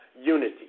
unity